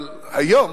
אבל היום,